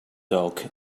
dog